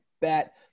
bet